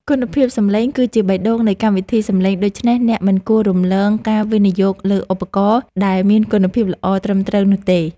គុណភាពសំឡេងគឺជាបេះដូងនៃកម្មវិធីសំឡេងដូច្នេះអ្នកមិនគួររំលងការវិនិយោគលើឧបករណ៍ដែលមានគុណភាពល្អត្រឹមត្រូវនោះទេ។